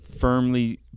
firmly